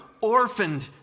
orphaned